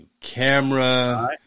camera